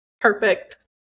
perfect